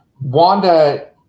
Wanda